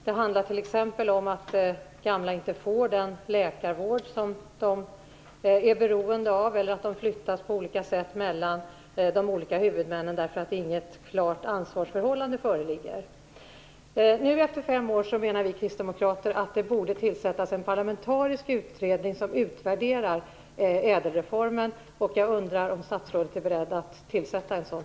Det handlade t.ex. om att gamla inte får den läkarvård som de är beroende av eller att de flyttas på olika sätt mellan de olika huvudmännen därför att inget klart ansvarsförhållande föreligger. Nu efter fem år menar vi kristdemokrater att det borde tillsättas en parlamentarisk utredning som utvärderar ädelreformen. Jag undrar om statsrådet är beredd att tillsätta en sådan.